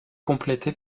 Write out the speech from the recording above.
complété